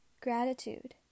Gratitude